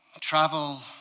travel